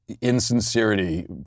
insincerity